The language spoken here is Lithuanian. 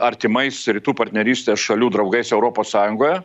artimais rytų partnerystės šalių draugais europos sąjungoje